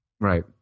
Right